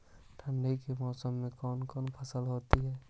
ठंडी के मौसम में कौन सा फसल होती है?